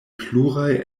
pluraj